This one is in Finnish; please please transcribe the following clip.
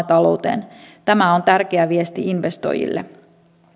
talouteen tämä on tärkeä viesti investoijille